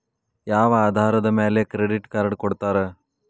ಯಾವ ಆಧಾರದ ಮ್ಯಾಲೆ ಕ್ರೆಡಿಟ್ ಕಾರ್ಡ್ ಕೊಡ್ತಾರ?